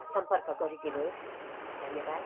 सम्पर्क गरिदिनुहोस् धन्यवाद